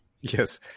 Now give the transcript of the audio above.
yes